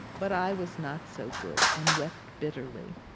but i was not so good, and wept bitterly.